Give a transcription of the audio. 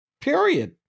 Period